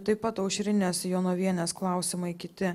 taip pat aušrinės jonavienės klausimai kiti